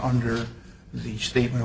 under the statement